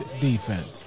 defense